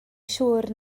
siŵr